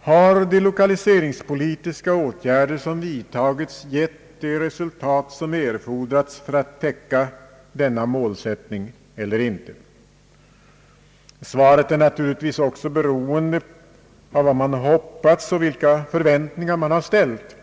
har de lokaliseringspolitiska åtgärder som vidtagits gett de resultat som erfordras för att täcka denna målsättning eller inte. Svaret är naturligtvis också beroende av vad man hoppats och vilka förväntningar man ställt.